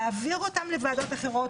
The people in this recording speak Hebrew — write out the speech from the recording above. להעביר אותם לוועדות אחרות,